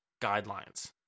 guidelines